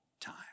time